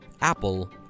Apple